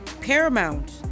Paramount